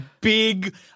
big